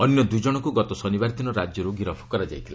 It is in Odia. ଅନ୍ୟ ଦୁଇ ଜଣଙ୍କୁ ଗତ ଶନିବାର ଦିନ ରାଜ୍ୟରୁ ଗିରଫ୍ କରାଯାଇଥିଲା